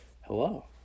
Hello